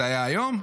זה היה היום?